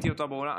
בבקשה.